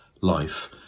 life